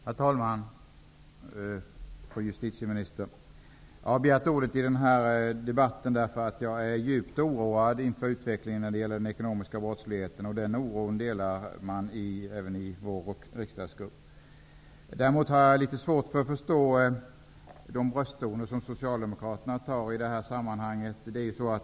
Herr talman, fru justitieminister! Jag har begärt ordet i den här debatten därför jag är djupt oroad inför utvecklingen av den ekonomiska brottsligheten, och den oron delas av vår riksdagsgrupp. Däremot har jag litet svårt att förstå de brösttoner som Socialdemokraterna tar till i det här sammanhanget.